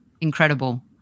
Incredible